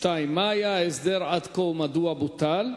מה היה ההסדר עד כה ומדוע הוא בוטל?